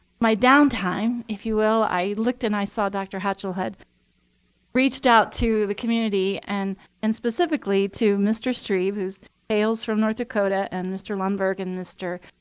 my downtime, if you will, i looked and i saw dr. hatchell had reached out to the community, and and specifically to mr. strebe, who hails from north dakota, and mr. lundberg and mr.